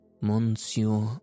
Monsieur